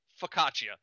focaccia